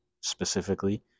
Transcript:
specifically